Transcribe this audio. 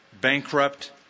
bankrupt